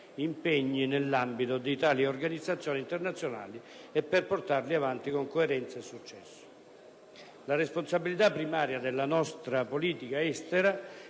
impegni nell'ambito di tali organizzazioni internazionali e per portarli avanti con coerenza e successo. La responsabilità primaria della nostra politica estera